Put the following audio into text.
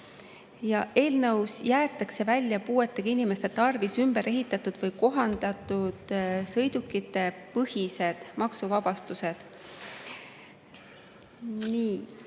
Eelnõust jäetakse välja puuetega inimeste tarvis ümber ehitatud või kohandatud sõiduki põhised maksuvabastused.